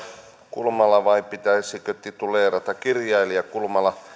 kulmala vai pitäisikö tituleerata kirjailija kulmala